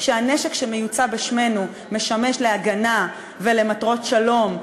שהנשק שמיוצא בשמנו משמש להגנה ולמטרות שלום,